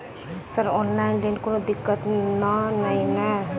Sir online लैल कोनो दिक्कत न ई नै?